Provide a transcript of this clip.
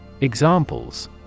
Examples